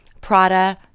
Prada